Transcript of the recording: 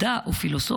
מדע או פילוסופיה,